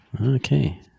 Okay